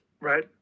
Right